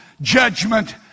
judgment